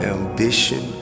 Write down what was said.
ambition